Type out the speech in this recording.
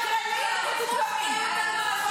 תודה רבה.